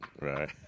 Right